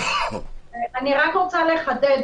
אני רק רוצה לחדד.